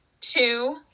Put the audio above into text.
Two